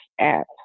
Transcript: app